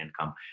income